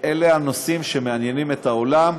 שאלה הנושאים שמעניינים את העולם,